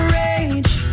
rage